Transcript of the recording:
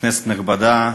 כנסת נכבדה,